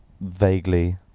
vaguely